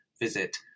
visit